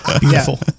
beautiful